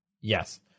Yes